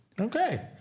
Okay